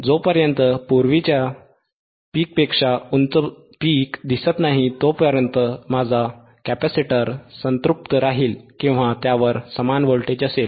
जोपर्यंत पूर्वीच्या शिखरापेक्षा पूर्वीच्या पीकपेक्षा उंच शिखरपीक दिसत नाही तोपर्यंत माझा कॅपेसिटर संतृप्त राहील किंवा त्यावर समान व्होल्टेज असेल